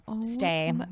stay